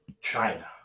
China